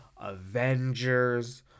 avengers